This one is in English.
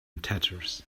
tatters